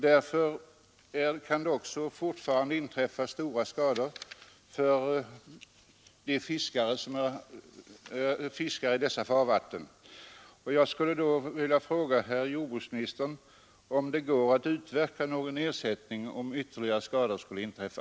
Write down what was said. Därför kan det fortfarande inträffa stora skador för fiskare i dessa farvatten. Jag vill fråga herr jordbruksministern huruvida någon ersättning kan utgå, om ytterligare skador skulle inträffa.